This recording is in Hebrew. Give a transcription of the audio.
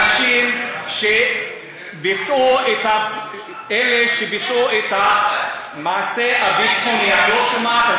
אנשים שביצעו, אלה שביצעו את המעשה, את לא שומעת.